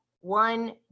one